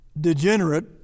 degenerate